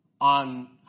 on